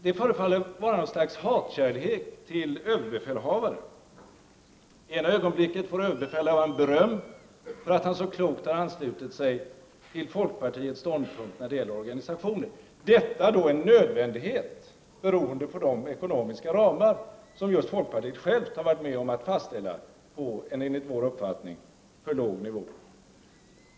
Det förefaller finnas något slags hatkärlek till överbefälhavaren. Ena ögonblicket får överbefälhavaren beröm för att han så klokt har anslutit sig till folkpartiets ståndpunkt när det gäller organisationen, detta då en nödvändighet beroende på de ekonomiska ramar som just folkpartiet har varit med om att fastställa på en, enligt vår uppfattning, alltför låg nivå.